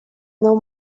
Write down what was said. nou